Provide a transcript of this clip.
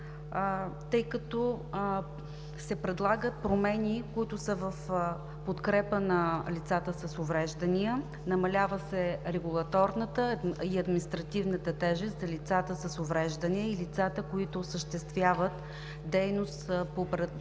Тъй като се предлагат промени, които са в подкрепа на лицата с увреждания, намалява се регулаторната и административната тежест за лицата с увреждания и лицата, които осъществяват дейност по предоставяне